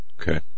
Okay